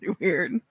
weird